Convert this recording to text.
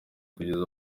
kugeza